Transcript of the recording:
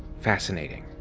fascinating!